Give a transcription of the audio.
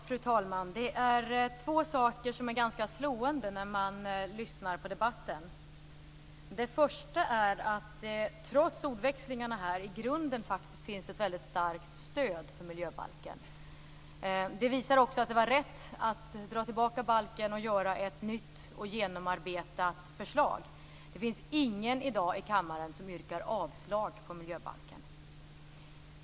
Fru talman! Det är två saker som är ganska slående når man lyssnar på debatten. Det första är att det trots ordväxlingarna i grunden finns ett starkt stöd för miljöbalken. Det visar också att det var rätt att dra tillbaka balken och göra ett nytt och genomarbetat förslag. Det finns ingen i dag i kammaren som yrkar avslag på miljöbalken.